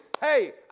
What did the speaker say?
hey